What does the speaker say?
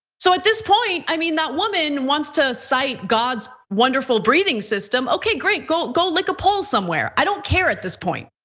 so at this point, i mean that woman wants to cite god's wonderful breathing system. okay, great. go go lick a pole somewhere. i don't care at this point.